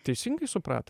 teisingai supratom